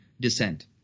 descent